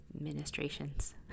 ministrations